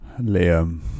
Liam